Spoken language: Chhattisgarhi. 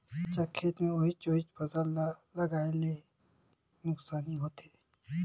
कंचा खेत मे ओहिच ओहिच फसल ल लगाये ले नुकसानी होथे